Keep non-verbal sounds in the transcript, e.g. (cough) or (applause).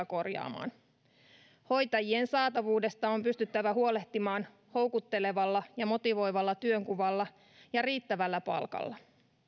(unintelligible) korjaamaan hoitajien saatavuudesta on pystyttävä huolehtimaan houkuttelevalla ja motivoivalla työnkuvalla ja riittävällä palkalla